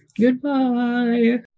Goodbye